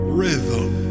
rhythm